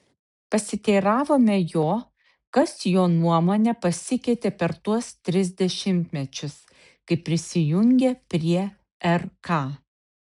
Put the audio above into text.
pasiteiravome jo kas jo nuomone pasikeitė per tuos tris dešimtmečius kai prisijungė prie rk